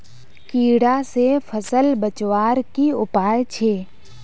कीड़ा से फसल बचवार की उपाय छे?